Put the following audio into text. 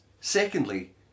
Secondly